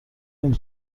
نمی